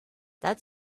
that